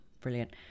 brilliant